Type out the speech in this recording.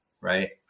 right